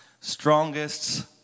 strongest